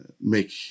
make